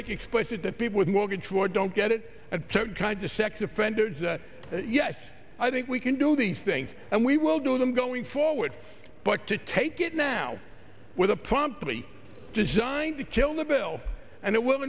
make explicit that people with mortgage were don't get it at certain kinds of sex offenders yes i think we can do these things and we will do them going forward but to take it now with a promptly designed to kill the bill and it will